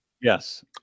yes